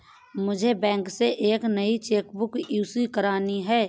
मुझे बैंक से एक नई चेक बुक इशू करानी है